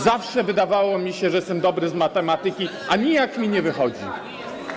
Zawsze wydawało mi się, że jestem dobry z matematyki, a nijak mi nie wychodzi.